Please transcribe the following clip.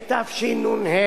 התשנ"ה